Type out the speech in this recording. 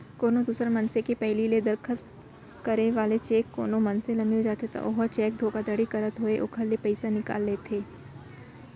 कोनो दूसर मनसे के पहिली ले दस्खत करे वाला चेक कोनो मनसे ल मिल जाथे त ओहा चेक धोखाघड़ी करत होय ओखर ले पइसा निकाल लेथे